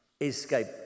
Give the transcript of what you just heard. escape